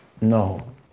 no